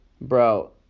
Bro